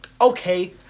okay